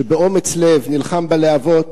שבאומץ לב נלחם בלהבות